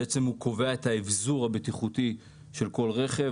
הנוהל קובע את האבזור הבטיחותי של כל רכב.